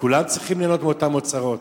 וכולם צריכים ליהנות מאותם אוצרות.